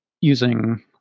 using